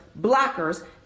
blockers